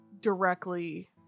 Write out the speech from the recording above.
directly